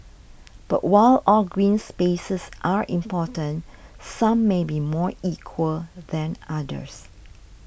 but while all green spaces are important some may be more equal than others